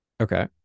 Okay